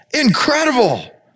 Incredible